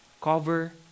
Cover